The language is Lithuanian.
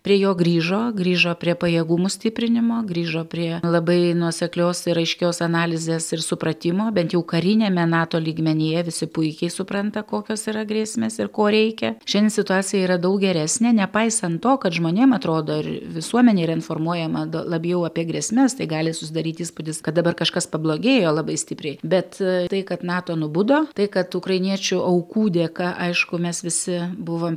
prie jo grįžo grįžo prie pajėgumų stiprinimo grįžo prie labai nuoseklios ir aiškios analizės ir supratimo bent jau kariniame nato lygmenyje visi puikiai supranta kokios yra grėsmės ir ko reikia šian situacija yra daug geresnė nepaisan to kad žmonėm ir atrodo visuomenė yra informuojama labiau apie grėsmes tai gali susidaryti įspūdis kad dabar kažkas pablogėjo labai stipriai bet tai kad nato nubudo tai kad ukrainiečių aukų dėka aišku mes visi buvom